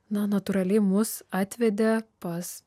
na natūraliai mus atvedė pas